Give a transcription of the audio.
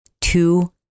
two